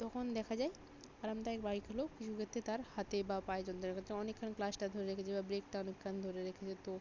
তখন দেখা যায় আরামদায়ক বাইক হলেও কিছু ক্ষেত্রে তার হাতে বা পায়ে যন্ত্রণা করছে অনেকক্ষণ ক্লাচটা ধরে রেখেছে বা ব্রেকটা অনেকক্ষণ ধরে রেখেছে তো